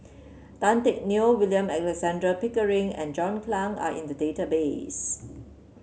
Tan Teck Neo William Alexander Pickering and John Clang are in the database